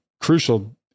crucial